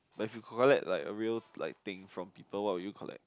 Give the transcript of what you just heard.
like if you collect like a real like thing from people what would you collect